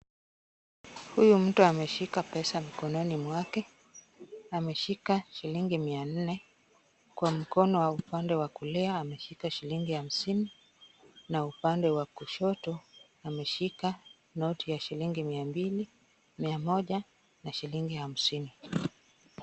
Huyu mtu ameshika pesa mkononi mwake . Ameshika shilingi mia nne kwa mkono wa upande wa kulia. Ameshika shilingi hamsini na upande wa kushoto. Ameshika noti ya shilingi mia mbili, mia moja na shilingi hamsini.